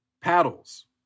paddles